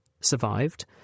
survived